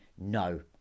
No